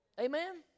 Amen